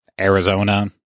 Arizona